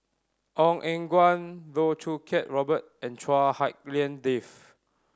Ong Eng Guan Loh Choo Kiat Robert and Chua Hak Lien Dave